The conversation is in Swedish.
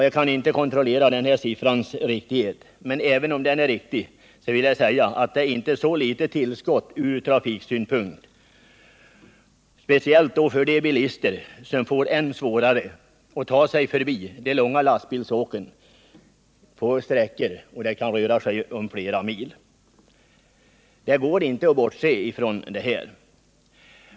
Jag kan inte kontrollera siffrans riktighet, men även om den är riktig vill jag säga att detta inte är ett litet tillskott ur trafiksynpunkt, speciellt inte för de bilister som får än svårare att ta sig förbi de långa lastbilsåken på sträckor som kan röra sig om flera mil. Det går inte att bortse från detta.